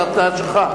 זה התניה שלך.